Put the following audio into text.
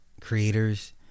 creators